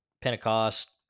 Pentecost